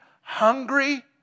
hungry